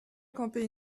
campé